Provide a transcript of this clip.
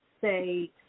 say